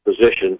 position